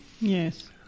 Yes